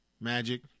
Magic